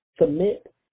submit